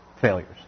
failures